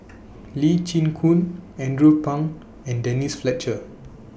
Lee Chin Koon Andrew Phang and Denise Fletcher